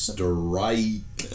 Strike